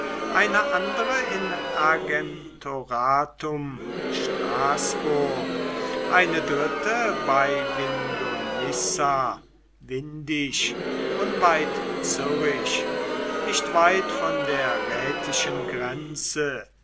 eine andere in argentoratum straßburg eine dritte bei vindonissa windisch unweit zürich nicht weit von der rätischen grenze